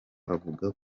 avuga